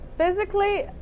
Physically